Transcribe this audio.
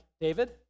David